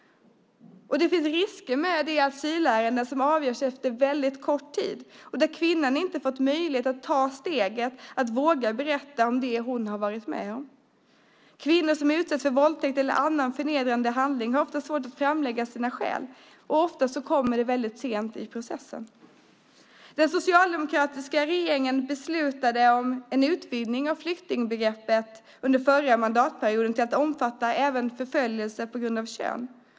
Det finns risker med de asylärenden som avgörs efter väldigt kort tid och där kvinnan inte fått möjlighet att ta steget och våga berätta om det hon varit med om. Kvinnor som utsatts för våldtäkt eller annan förnedrande handling har ofta svårt att framlägga sina skäl, och ofta kommer de fram väldigt sent i processen. Den socialdemokratiska regeringen beslutade under förra mandatperioden om en utvidgning av flyktingbegreppet till att omfatta även förföljelse på grund av kön.